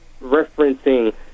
referencing